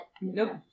Nope